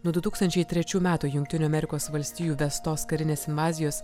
nuo du tūkstančiai trečių metų jungtinių amerikos valstijų įvestos karinės invazijos